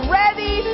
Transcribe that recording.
ready